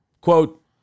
quote